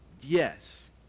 yes